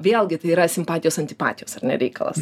vėlgi tai yra simpatijos antipatijos ar ne reikalas